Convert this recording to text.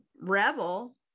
rebel